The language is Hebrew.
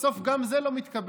בסוף גם זה לא מתקבל.